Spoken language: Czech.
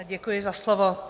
Děkuji za slovo.